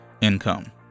income